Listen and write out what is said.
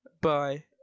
Bye